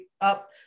up